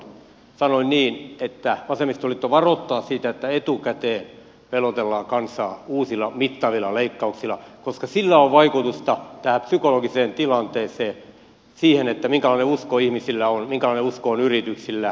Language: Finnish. sanoin niin että vasemmistoliitto varoittaa siitä että etukäteen pelotellaan kansaa uusilla mittavilla leikkauksilla koska sillä on vaikutusta tähän psykologiseen tilanteeseen siihen minkälainen usko ihmisillä on minkälainen usko on yrityksillä